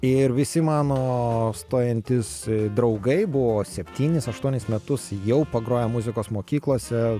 ir visi mano stojantys draugai buvo septynis aštuonis metus jau pagroję muzikos mokyklose